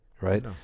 right